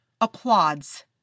applauds